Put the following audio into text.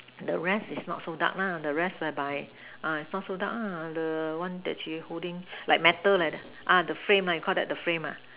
the rest is not so dark lah the rest whereby uh is not so dark lah the one that she's holding like metal like that ah the frame you Call that the frame ah